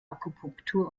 akupunktur